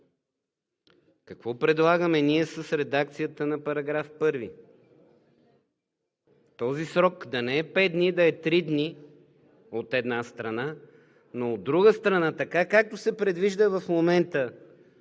Какво предлагаме ние с редакцията на § 1? Този срок да не е пет дни, а да е три дни, от една страна, но, от друга страна, така както се предвижда в момента